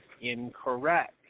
incorrect